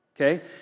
okay